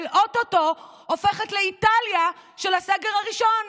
או-טו-טו הופכת לאיטליה של הסגר הראשון.